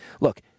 Look